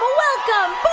welcome,